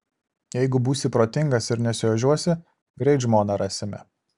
jeigu būsi protingas ir nesiožiuosi greit žmoną rasime